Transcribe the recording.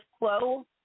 quo